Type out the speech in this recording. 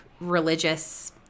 religious